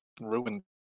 ruined